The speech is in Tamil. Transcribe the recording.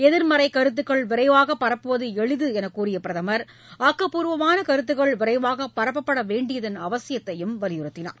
எதிர்மறைக் கருத்துக்கள் விரைவாக பரப்புவது எளிது என்று கூறிய பிரதமர் ஆக்கப்பூர்வமான கருத்துக்கள் விரைவாக பரப்பப்பட வேண்டியதன் அவசியத்தை வலியுறுத்தினார்